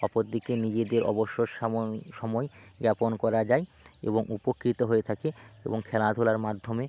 অপর দিকে নিজেদের অবসর সময় যাপন করা যায় এবং উপকৃত হয়ে থাকে এবং খেলাধুলার মাধ্যমে